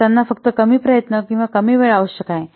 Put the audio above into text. तर त्यांना फक्त कमी प्रयत्न किंवा कमी वेळ आवश्यक आहे